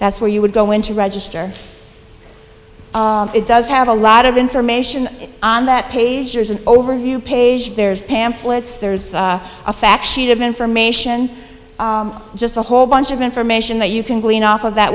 that's where you would go in to register it does have a lot of information on that page there's an overview page there's pamphlets there's a fact sheet of information just a whole bunch of information that you can glean off of that